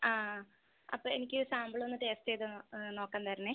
ആ ആ അപ്പം എനിക്ക് സാമ്പിൾ ഒന്ന് ടേയ്സ്റ്റ് ചെയ്ത് നോക്കാൻ തരണേ